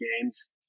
games